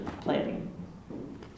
planning